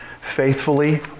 faithfully